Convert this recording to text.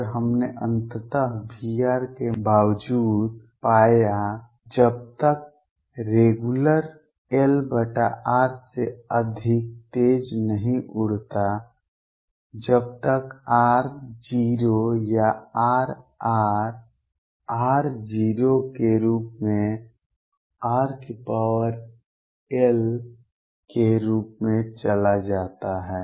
और हमने अंततः V के बावजूद पाया जब तक रेगुलर 1r से अधिक तेज नहीं उड़ता जब तक r → 0 या R r →0 के रूप में rl के रूप में चला जाता है